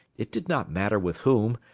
it did not matter with whom,